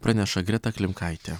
praneša greta klimkaitė